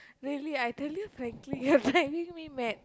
really I tell you frankly you're driving me mad